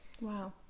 Wow